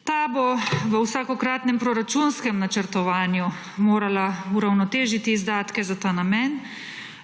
Ta bo v vsakokratnem proračunskem načrtovanju morala uravnotežiti izdatke za ta namen